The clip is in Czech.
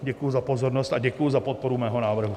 Děkuji za pozornost a děkuji za podporu mého návrhu.